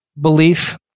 belief